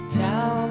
tell